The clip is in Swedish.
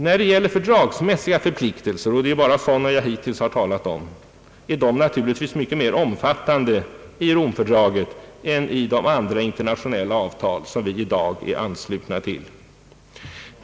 När det gäller fördragsmässiga förpliktelser — och det är hittills bara sådana bindningar som jag uppehållit mig vid är dessa naturligtvis mer omfattande i Rom-fördraget än i de andra internationella avtal som vi i dag är anslutna till.